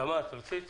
ח"כ תמר זנדברג בבקשה.